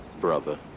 brother